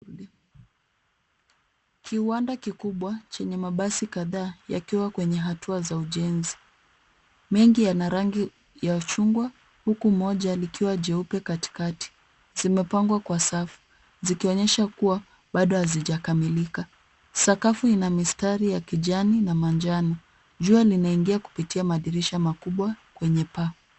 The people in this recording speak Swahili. Kiwanda kikubwa chenye mabasi kadhaa, yakiwa kwenye hatua za ujenzi. Mengi yana rangi ya chungwa na huku moja likiwa jeupe katikati. Zimepangwa kwa safu, zikionyesha kuwa bado hazijakamilika. Sakafu ina mistari ya kijani na manjano. Jua linaingia kupitia madirisha makubwa kwenye paa.